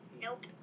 nope